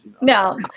No